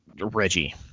Reggie